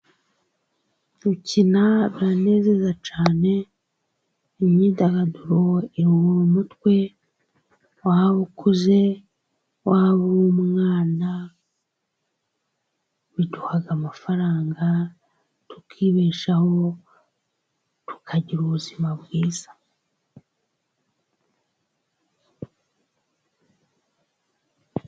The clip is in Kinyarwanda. Gukina biranezeza cyane imyidagaduro iruhura umutwe waba ukuze, waba uri umwana. Biduha amafaranga tukibeshaho tukagira ubuzima bwiza.